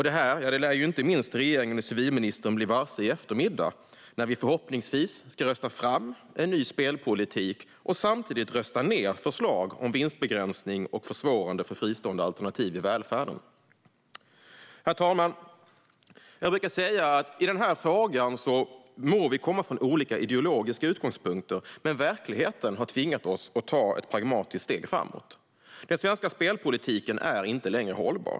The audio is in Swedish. Det här lär inte minst regeringen och civilministern bli varse i eftermiddag när vi förhoppningsvis ska rösta fram en ny spelpolitik och samtidigt rösta ned förslag om vinstbegränsning och försvårande för fristående alternativ i välfärden. Herr talman! Jag brukar säga att i den här frågan må vi komma från olika ideologiska utgångspunkter, men verkligheten har tvingat oss att ta ett pragmatiskt steg framåt. Den svenska spelpolitiken är inte längre hållbar.